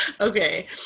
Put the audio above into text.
okay